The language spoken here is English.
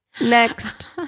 next